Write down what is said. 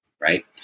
Right